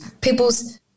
people's